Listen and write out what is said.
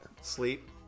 Sleep